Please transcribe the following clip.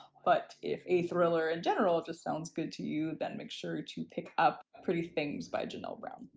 but if a thriller in general just sounds good to you then make sure to pick up pretty things by janelle brown.